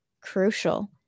crucial